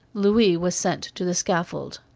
louis was sent to the scaffold.